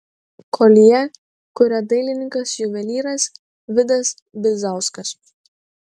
koljė kuria dailininkas juvelyras vidas bizauskas